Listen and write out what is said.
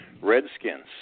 Redskins